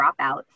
dropouts